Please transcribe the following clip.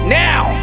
now